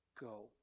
go